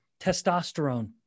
testosterone